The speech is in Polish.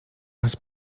raz